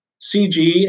CG